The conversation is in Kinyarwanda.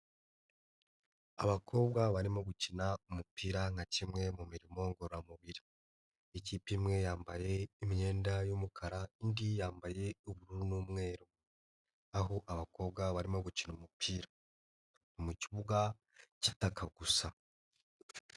Abakobwa barimo gukina umupira nka kimwe mu mirimo ngororamubiri, ikipe imwe yambaye imyenda y'umukara indi yambaye ubururu n'umweru, aho abakobwa barimo gukina umupira mu kibuga cy'itaka gusa.